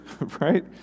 right